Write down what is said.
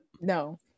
no